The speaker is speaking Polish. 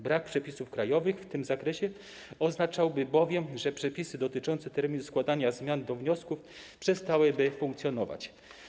Brak przepisów krajowych w tym zakresie oznaczałby bowiem, że przepisy dotyczące terminu składania zmian do wniosków przestałyby funkcjonować.